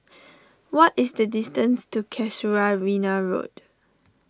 what is the distance to Casuarina Road